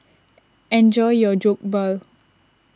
enjoy your Jokbal